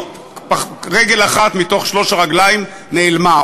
הופ, רגל אחת מתוך שלוש הרגליים נעלמה.